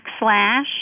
backslash